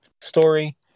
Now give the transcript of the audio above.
story